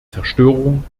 zerstörung